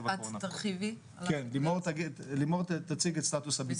לימור תציג את סטטוס הביצוע.